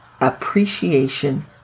appreciation